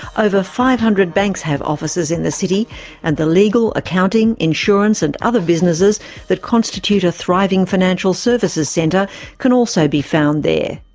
over five hundred banks have offices in the city and the legal, accounting, insurance and other businesses that constitute a thriving financial services centre can also be found there.